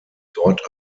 dort